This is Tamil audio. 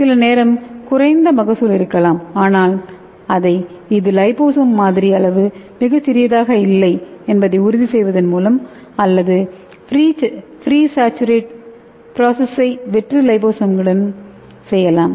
சில நேரம் குறைந்த மகசூல் இருக்கலாம் ஆனால் அதை இது லிபோசோம் மாதிரி அளவு மிகச் சிறியதாக இல்லை என்பதை உறுதி செய்வதன் மூலமும் அல்லது ப்ரீஸச்சுடரேட் ப்ரோசெஸ்ஸை வெற்று லிபோசோம்களுடன் செய்யலாம்